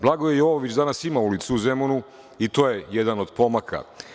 Blagoje Jovović danas ima ulicu u Zemunu i to je jedan od pomaka.